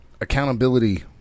accountability